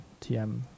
TM